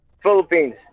Philippines